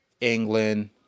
England